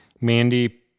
Mandy